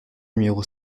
numéro